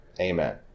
Amen